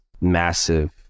massive